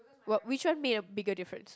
what which one make a bigger difference